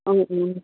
অঁ অঁ